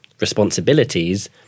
Responsibilities